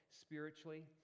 spiritually